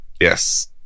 yes